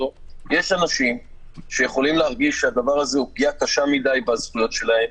יש אנשים שיכולים להרגיש שהדבר הזה הוא פגיעה קשה מדי בזכויות שלהם.